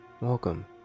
Welcome